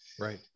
Right